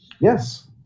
Yes